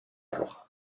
roja